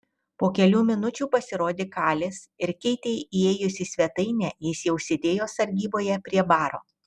po kelių minučių pasirodė kalis ir keitei įėjus į svetainę jis jau sėdėjo sargyboje prie baro